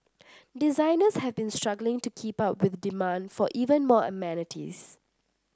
designers have been struggling to keep up with demand for even more amenities